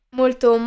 molto